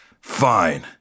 Fine